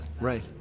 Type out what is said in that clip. Right